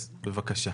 אז בבקשה.